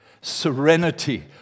serenity